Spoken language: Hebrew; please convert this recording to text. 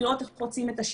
לראות איך עושים את השיתוף.